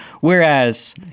whereas